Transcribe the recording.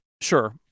sure